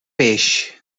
peix